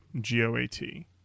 g-o-a-t